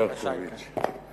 חברת הכנסת שמאלוב-ברקוביץ,